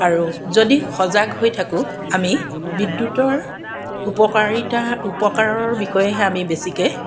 আৰু যদি সজাগ হৈ থাকোঁ আমি বিদ্যুতৰ উপকাৰীতা উপকাৰৰ বিষয়েহে আমি বেছিকৈ